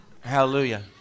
Hallelujah